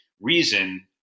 reason